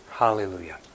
Hallelujah